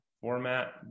format